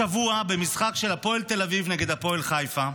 השבוע, במשחק של הפועל תל אביב נגד הפועל חיפה,